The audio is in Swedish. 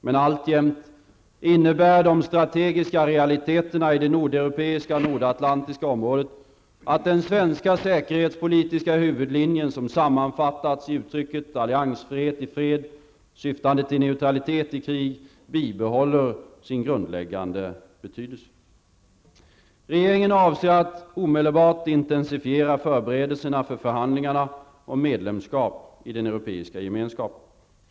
Men alltjämt innebär de strategiska realiteterna i det nordeuropeiska och nordatlantiska området att den svenska säkerhetspolitiska huvudlinjen, som sammanfattats i uttrycket ''alliansfrihet i fred syftande till neutralitet i krig'', bibehåller sin grundläggande betydelse. Regeringen avser att omedelbart intensifiera förberedelserna för förhandlingarna om medlemskap i den europeiska gemenskapen.